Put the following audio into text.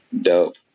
dope